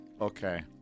Okay